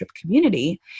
community